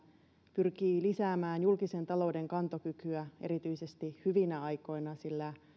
pyrkii lisäämään julkisen talouden kantokykyä erityisesti hyvinä aikoina sillä